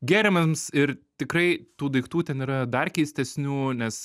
gėrimams ir tikrai tų daiktų ten yra dar keistesnių nes